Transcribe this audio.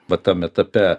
vat tam etape